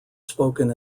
spoken